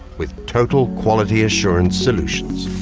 with total quality assurance solutions.